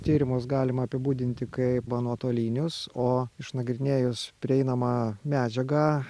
tyrimus galima apibūdinti kaip nuotolinius o išnagrinėjus prieinamą medžiagą